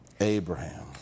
Abraham